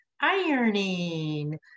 ironing